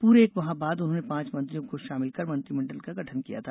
पूरे एक माह बाद उन्होंने पांच मंत्रियों को शामिल कर मंत्रिमंडल का गठन किया था